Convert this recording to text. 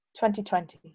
2020